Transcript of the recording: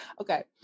Okay